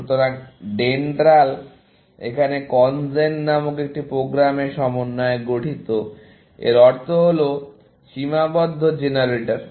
সুতরাং ডেনড্রাল এখানে কনজেন নামক একটি প্রোগ্রামের সমন্বয়ে গঠিত এবং এর অর্থ হল সীমাবদ্ধ জেনারেটর